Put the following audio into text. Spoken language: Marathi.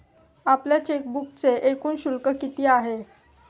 आपल्या चेकबुकचे एकूण शुल्क किती आहे?